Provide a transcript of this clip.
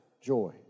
joy